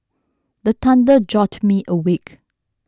the thunder jolt me awake